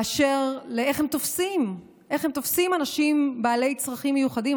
באשר לאיך הם תופסים אנשים בעלי צרכים מיוחדים,